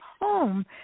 home